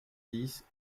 dix